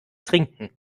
trinken